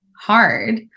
hard